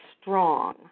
strong